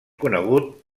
conegut